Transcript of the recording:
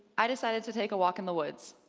i decided to take a walk in the woods,